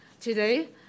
Today